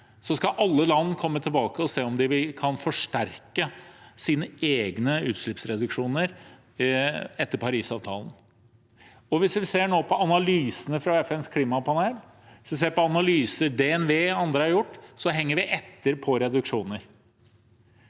skal alle land komme tilbake og se på om de kan forsterke sine egne utslippsreduksjoner. Hvis vi nå ser på analysene fra FNs klimapanel og ser på analyser DNV og andre har gjort, henger vi etter på reduksjoner.